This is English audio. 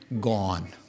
Gone